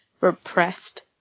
repressed